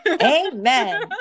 amen